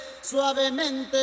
Suavemente